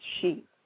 sheep